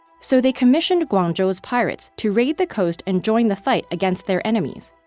so they commissioned guangzhou's pirates to raid the coast and join the fight against their enemies.